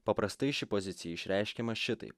paprastai ši pozicija išreiškiama šitai